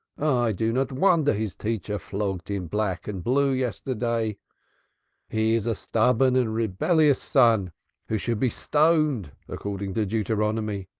do not wonder his teacher flogged him black and blue yesterday he is a stubborn and rebellious son who should be stoned, according to deuteronomy.